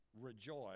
rejoice